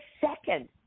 second